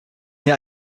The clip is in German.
hier